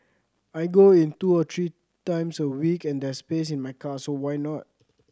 I go in two or three times a week and there's space in my car so why not